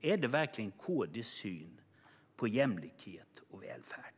Är det verkligen KD:s syn på jämlikhet och välfärd?